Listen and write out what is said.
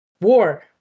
war